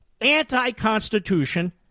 anti-Constitution